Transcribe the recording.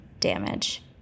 damage